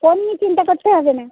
ও নিয়ে চিন্তা করতে হবে না